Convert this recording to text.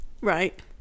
right